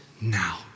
now